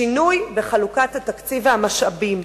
שינוי בחלוקת התקציב והמשאבים,